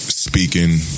speaking